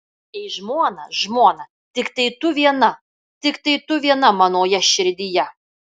ei žmona žmona tiktai tu viena tiktai tu viena manoje širdyje